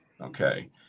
Okay